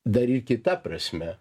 dar ir kita prasme